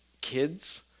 kids